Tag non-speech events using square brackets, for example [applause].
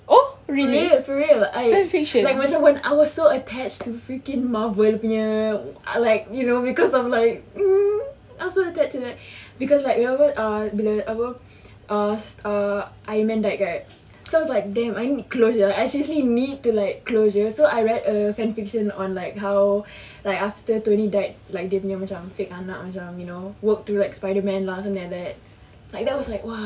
for real for real I like macam one hour so attached to freaking marvel punya ah like you know because of like [noise] I was so attached to that because like whenever ah bila apa uh uh ironman died right so I was like damn I need closure I seriously need to like closure so I read a fan fiction on like how like after tony died like dia punya macam fake anak macam you know work to spiderman lah other than that like than I was like !wah!